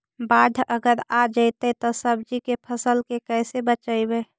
बाढ़ अगर आ जैतै त सब्जी के फ़सल के कैसे बचइबै?